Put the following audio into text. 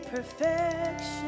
perfection